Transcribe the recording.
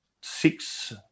six